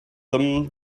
them